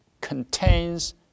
contains